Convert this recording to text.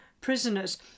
prisoners